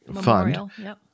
fund